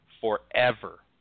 forever